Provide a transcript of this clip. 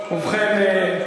ובכן,